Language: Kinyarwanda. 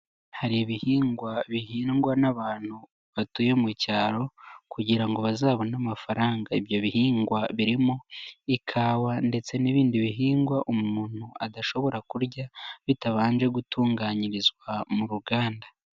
Hari ibihingwa bihingwa n'abantu batuye mu cyaro kugira ngo bazabone amafaranga, ibyo bihingwa birimo ikawa ndetse n'ibindi bihingwa umuntu adashobora kurya bitabanje gutunganyirizwa mu ruganda.